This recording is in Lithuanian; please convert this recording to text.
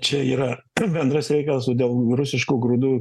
čia yra bendras reikalas o dėl rusiškų grūdų